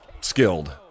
skilled